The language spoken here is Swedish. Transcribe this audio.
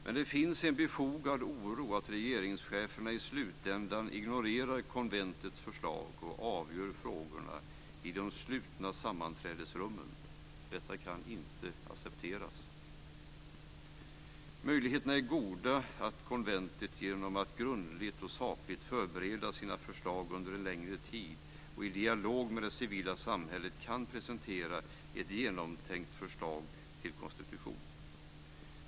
Men det finns en befogad oro att regeringscheferna i slutändan ignorerar konventets förslag och avgör frågorna i de slutna sammanträdesrummen. Detta kan inte accepteras. Möjligheterna är goda att konventet, genom att grundligt och sakligt förbereda sina förslag under en längre tid, och i dialog med det civila samhället, kan presentera ett genomtänkt förslag till "konstitution".